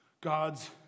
God's